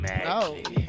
Magic